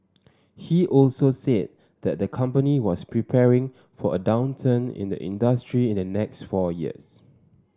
he also said that the company was preparing for a downturn in the industry in the next four years